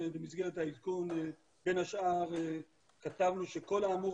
במסגרת העדכון בין השאר כתבנו שכל האמור